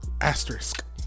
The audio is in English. asterisk